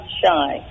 shy